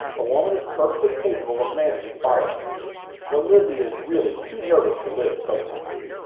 a woman is perfectly capable of managing firearms but lizzie is really too nervous to live, sometimes.